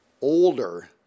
older